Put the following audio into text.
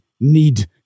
need